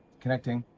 connecting.